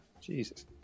Jesus